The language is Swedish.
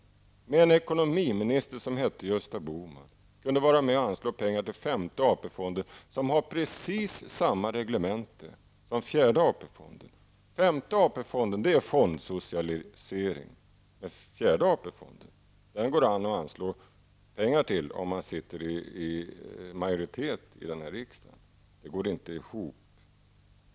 Hur kunde ni med ekonomiminister Gösta Bohman vara med och anslå pengar till femte AP fonden, som har precis samma reglemente som fjärde AP-fonden? Fjärde AP-fonden anses vara fondsocialisering, men femte AP-fonden går det att anslå pengar till om man sitter i majoritet i riksdagen. Det går inte ihop.